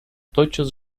тотчас